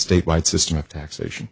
state wide system of taxation